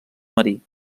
marí